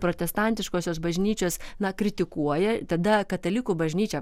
protestantiškosios bažnyčios na kritikuoja tada katalikų bažnyčia